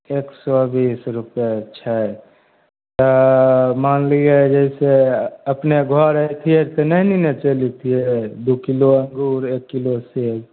एक सए बीस रुपिए छै तऽ मान लिअ जइसे अपने घर एतियै तऽ नहि ने चलि एबतियै दू किलो अङ्गूर एक किलो सेब